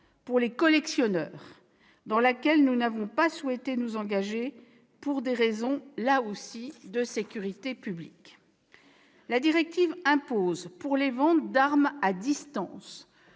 pour les collectionneurs, dans laquelle nous n'avons pas souhaité nous engager, là aussi, pour des raisons de sécurité publique. La directive impose, pour les ventes d'armes à distance,